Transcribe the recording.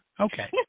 Okay